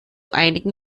einigen